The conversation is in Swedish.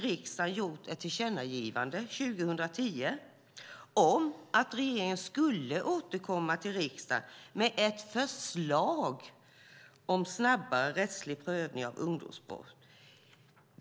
Riksdagen gjorde ett tillkännagivande 2010 om att regeringen skulle återkomma till riksdagen med ett förslag om snabbare rättslig prövning av ungdomsbrott.